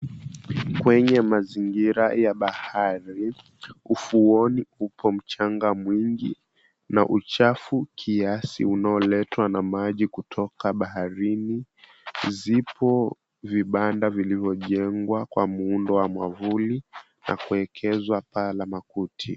Kwenye mazingira ya bahari, ufuoni upo mchanga mwingi na uchafu kiasi unaoletwa na maji kutoka baharini, zipo vibanda vilivyojengwa kwa muundo wa mwavuli na kuekezwa paa la makuti.